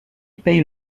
paie